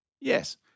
Yes